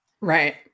right